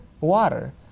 water